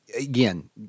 again